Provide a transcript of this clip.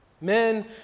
men